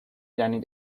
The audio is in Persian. دانید